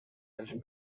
els